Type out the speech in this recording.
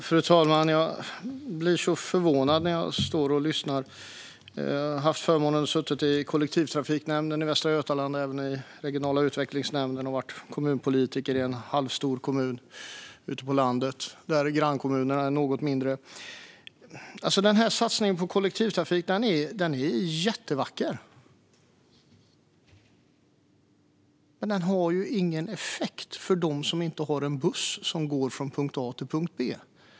Fru talman! Jag blev förvånad när jag stod och lyssnade. Jag har haft förmånen att sitta i kollektivtrafiknämnden i Västra Götaland samt i regionala utvecklingsnämnden och har även varit kommunpolitiker i en halvstor kommun ute på landet med något mindre grannkommuner. Satsningen på kollektivtrafik är jättevacker, men den har ju ingen effekt för dem som inte har en buss som går från punkt A till punkt B.